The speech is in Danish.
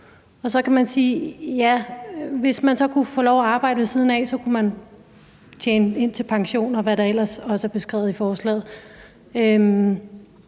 nu, er det maks. 1 år, og hvis man så kunne få lov til at arbejde ved siden af, kunne man tjene op til pension, og hvad der ellers også er beskrevet i forslaget.